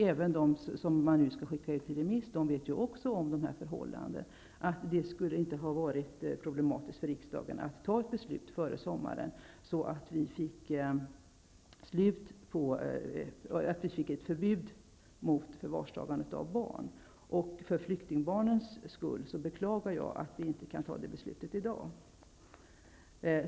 Även de som vill att förslaget skall ut på remiss känner till förhållandena. Det skulle således inte ha varit problematiskt för riksdagen att fatta beslut före sommaren om förbud mot förvar av barn. För flyktingbarnens skull beklagar jag att vi inte kan fatta ett sådant beslut i dag.